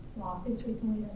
lawsuits recently